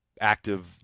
active